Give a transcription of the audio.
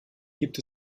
gibt